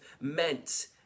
meant